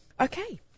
Okay